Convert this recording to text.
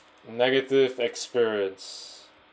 negative experience